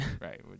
Right